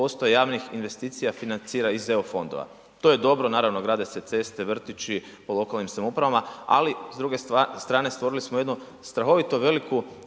javnih investicija financira iz EU fondova, to je dobro, naravno grade se ceste, vrtići po lokalnim samoupravama, ali s druge strane stvorili smo jednu strahovito veliku